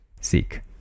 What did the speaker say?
seek